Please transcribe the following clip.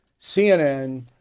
CNN